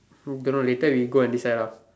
don't know later we go and decide ah